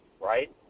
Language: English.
right